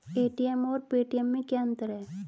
ATM और Paytm में क्या अंतर है?